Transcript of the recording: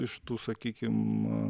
iš tų sakykim